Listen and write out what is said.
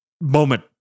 moment